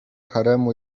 haremu